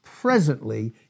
presently